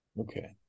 okay